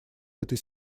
этой